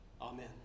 Amen